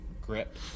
grip